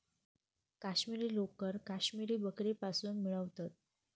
काश्मिरी लोकर काश्मिरी बकरीपासुन मिळवतत